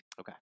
Okay